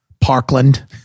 Parkland